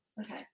okay